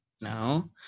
now